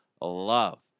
love